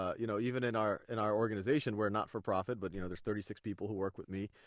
ah you know even in our in our organization, we're not-for-profit, but you know there's thirty six people who work with me,